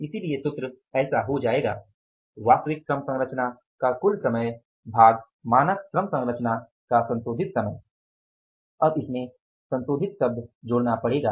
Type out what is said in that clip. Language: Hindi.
इसलिए सूत्र ऐसा हो जाएगा वास्तविक श्रम संरचना का कुल समय भाग मानक श्रम संरचना का संशोधित समय अब संशोधित शब्द जोड़ना पड़ेगा